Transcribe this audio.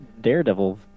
Daredevil